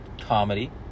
comedy